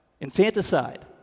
infanticide